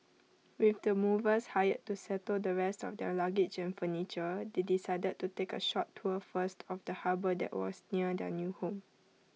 with the movers hired to settle the rest of their luggage and furniture they decided to take A short tour first of the harbour that was near their new home